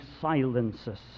silences